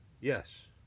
yes